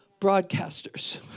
broadcasters